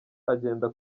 agenda